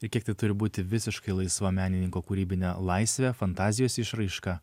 ir kiek tai turi būti visiškai laisva menininko kūrybinė laisvė fantazijos išraiška